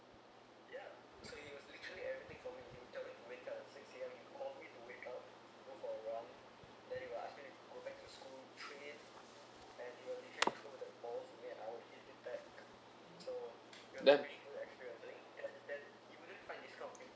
that